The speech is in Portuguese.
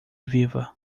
viva